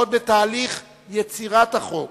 עוד בתהליך יצירת החוק,